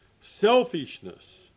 Selfishness